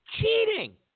Cheating